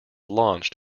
launched